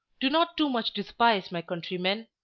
do not too much despise my countrymen,